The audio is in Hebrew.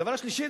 הדבר השלישי,